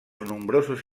nombrosos